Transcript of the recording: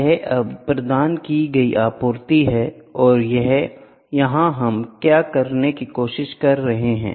यह अब प्रदान की गई आपूर्ति है और यहां हम क्या करने की कोशिश कर रहे हैं